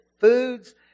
foods